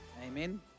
Amen